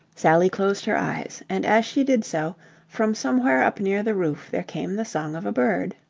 sally closed her eyes, and as she did so from somewhere up near the roof there came the song of a bird.